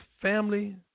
family